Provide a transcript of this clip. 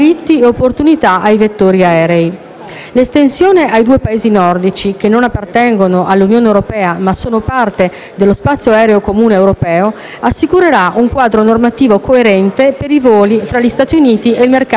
L'estensione ai due Paesi nordici, che non appartengono all'Unione europea, ma sono parte dello Spazio aereo comune europeo, assicurerà un quadro normativo coerente per i voli fra gli Stati Uniti e il mercato unico dell'aviazione civile europea.